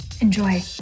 Enjoy